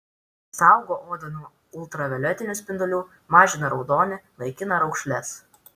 saugo odą nuo ultravioletinių spindulių mažina raudonį naikina raukšles